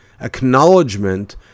acknowledgement